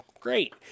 great